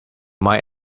might